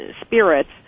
spirits